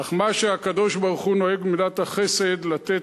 אך אם הקדוש-ברוך-הוא נוהג במידת החסד לתת